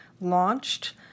launched